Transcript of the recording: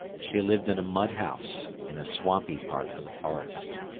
she lived in a mud house, in a swampy part of the forest.